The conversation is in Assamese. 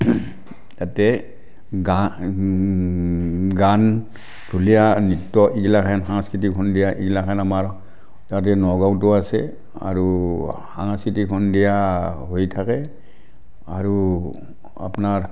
ইয়াতে গা গান ঢুলীয়া নৃত্য এইগিলাখেন সাংস্কৃতিক সন্ধিয়া এইগিলাখেন আমাৰ ইয়াতে নগাঁওতো আছে আৰু সাংস্কৃতিক সন্ধিয়া হৈ থাকে আৰু আপোনাৰ